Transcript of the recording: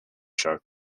show